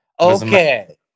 Okay